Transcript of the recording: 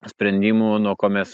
sprendimų nuo ko mes